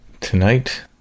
Tonight